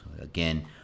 Again